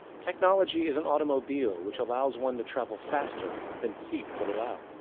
technology is an automobile, which allows one to travel faster than feet would allow.